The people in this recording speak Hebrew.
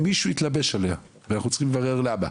אבל מישהו התלבש עליה ואנחנו צריכים לברר למה.